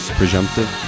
presumptive